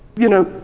you know,